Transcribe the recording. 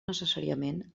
necessàriament